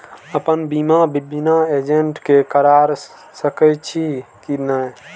अपन बीमा बिना एजेंट के करार सकेछी कि नहिं?